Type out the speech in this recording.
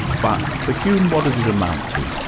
but for hume, what does it amount to?